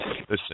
Listen